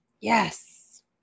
Yes